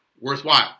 worthwhile